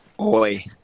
Oi